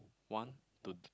want to